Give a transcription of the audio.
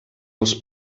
els